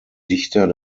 dichter